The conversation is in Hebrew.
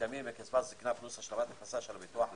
שמתקיימים מקצבת זקנה פלוס השלמת הכנסה של הביטוח הלאומי,